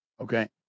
Okay